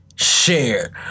share